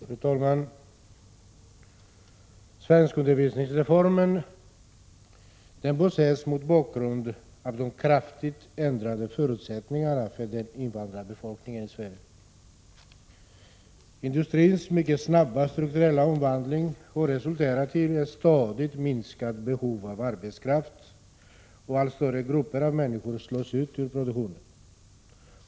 Fru talman! Svenskundervisningsreformen bör ses mot bakgrund av de kraftigt ändrade förutsättningarna för invandrarbefolkningen i Sverige. Industrins mycket snabba strukturomvandling har resulterat i ett stadigt minskat behov av arbetskraft. Allt större grupper människor slås ut ur produktionen.